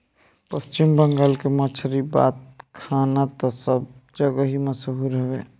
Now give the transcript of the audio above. पश्चिम बंगाल के मछरी बात खाना तअ सब जगही मसहूर हवे